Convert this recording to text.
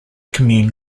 commune